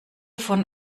von